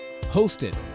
hosted